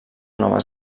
nova